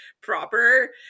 proper